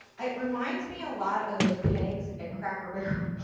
it reminds me a lot of those pegs at crackle barrel.